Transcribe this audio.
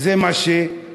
וזה מה שיוביל.